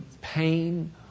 pain